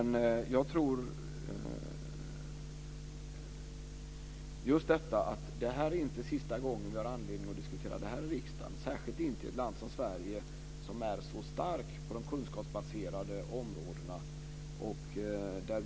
Jag tror inte att det här är sista gången vi har anledning att diskutera detta i riksdagen, särskilt som Sverige är så starkt på de kunskapsbaserade områdena.